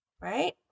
Right